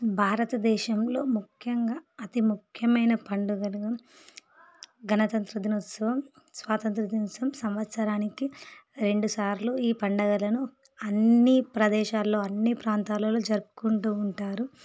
భారతదేశంలో ముఖ్యంగా అతి ముఖ్యమైన పండుగలు గణతంత్ర దినోత్సవం స్వాతంత్ర దినోత్సవం సంవత్సరానికి రెండు సార్లు ఈ పండగలను అన్నీ ప్రదేశాల్లో అన్ని ప్రాంతాలలో జరుపుకుంటూ ఉంటారు